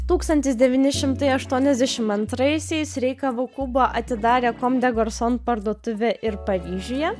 devyni šimtai aštuniasdešimt antraisiais rei kavakubo atidarė kom de garson parduotuvę ir paryžiuje